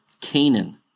Canaan